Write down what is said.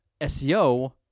SEO